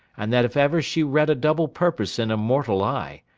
and that if ever she read a double purpose in a mortal eye,